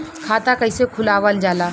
खाता कइसे खुलावल जाला?